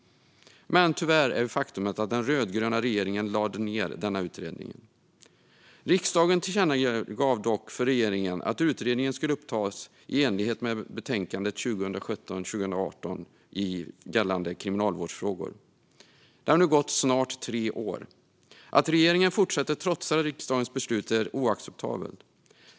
Den rödgröna regeringen lade tyvärr ned utredningen. Riksdagen tillkännagav dock för regeringen att utredningen skulle återupptas i enlighet med betänkande 2017/18:JuUl6 Kriminalvårdsfrågor . Det har nu snart gått tre år. Att regeringen fortsätter att trotsa riksdagens beslut är oacceptabelt.